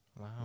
Wow